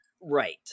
Right